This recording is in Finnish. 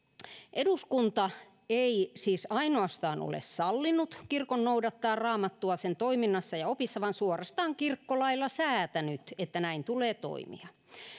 eduskunta ei siis ainoastaan ole sallinut kirkon noudattaa raamattua sen toiminnassa ja opissa vaan suorastaan kirkkolailla säätänyt että näin tulee toimia